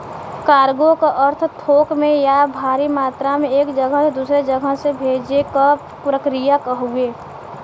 cargo क अर्थ थोक में या भारी मात्रा में एक जगह से दूसरे जगह से भेजे क प्रक्रिया हउवे